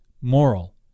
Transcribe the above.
moral